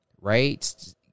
right